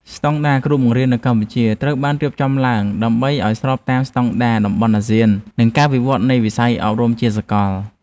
ស្តង់ដារគ្រូបង្រៀនកម្ពុជាត្រូវបានរៀបចំឡើងដើម្បីឱ្យស្របតាមស្តង់ដារតំបន់អាស៊ាននិងការវិវត្តនៃវិស័យអប់រំជាសកល។